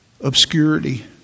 Obscurity